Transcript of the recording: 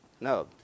No